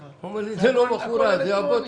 הוא אומר לי, זו לא בחורה, זה הבוט שלך..